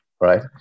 right